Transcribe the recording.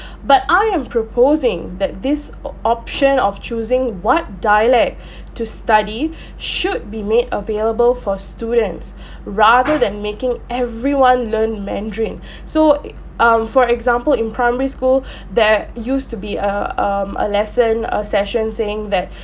but I am proposing that this o~ option of choosing what dialect to study should be made available for students rather than making everyone learn mandarin so e~ um for example in primary school there used to be err um a lesson a session saying that